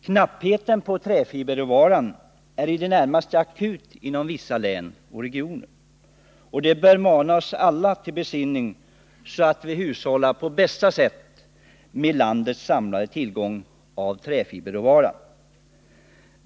Knappheten på träfiberråvara är i det närmaste akut inom vissa län och regioner, och det bör mana oss alla till besinning, så att vi hushållar på bästa sätt med landets samlade tillgångar av träfiberråvara.